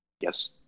yes